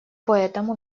поэтому